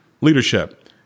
leadership